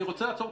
אני רוצה לעצור.